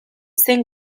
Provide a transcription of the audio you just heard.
zein